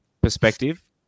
perspective